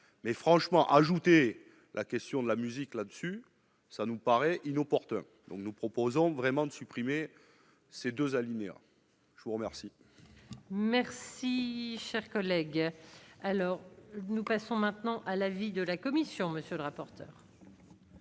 mais franchement, ajouter la question de la musique là-dessus, ça nous paraît inopportun, donc nous proposons vraiment de supprimer ces deux alinéas je vous remercie. Merci, cher collègue, alors nous passons maintenant à l'avis de la commission, monsieur le rapporteur.